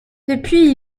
depuis